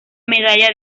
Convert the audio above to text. medalla